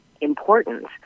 important